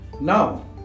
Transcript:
now